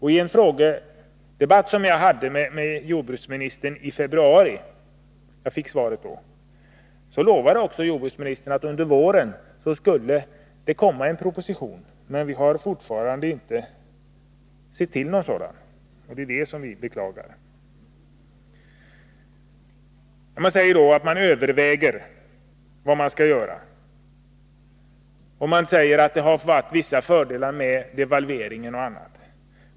I en frågedebatt, som jag hade i februari med jordbruksministern — jag fick svaret då — lovade jordbruksministern att det under våren skulle komma en proposition. Vi har fortfarande inte sett någon sådan, vilket vi beklagar. Man säger att man överväger vad man skall göra. Man säger att det har varit vissa fördelar med devalveringen och annat.